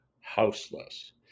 houseless